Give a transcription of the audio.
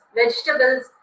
vegetables